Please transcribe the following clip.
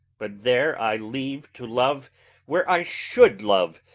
but there i leave to love where i should love.